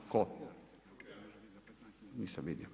Tko? … [[Upadica se ne čuje.]] Nisam vidio.